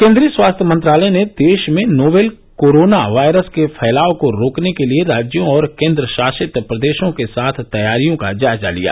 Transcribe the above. केन्द्रीय स्वास्थ्य मंत्रालय ने देश में नोवेल कोरोना वायरस के फैलाव को रोकने के लिए राज्यों और केन्द्रशासित प्रदेशों के साथ तैयारियों का जायजा लिया